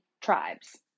tribes